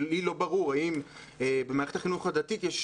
כי לי לא ברור האם במערכת החינוך הדתית יש